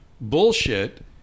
bullshit